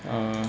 uh